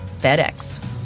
FedEx